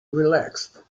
relaxed